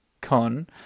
Con